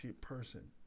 person